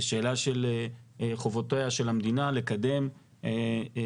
אלא שאלה של חובותיה של המדינה לקדם תכנון